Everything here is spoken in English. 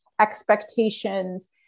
expectations